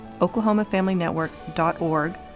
oklahomafamilynetwork.org